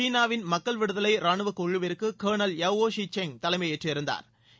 சீனாவின் மக்கள் விடுதலை ரானுவ குழுவிற்கு கா்னல் யாவோ ஷி செங் தலைமையேற்றிருந்தாா்